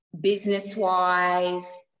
business-wise